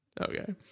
okay